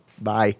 Bye